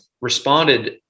responded